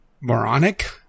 moronic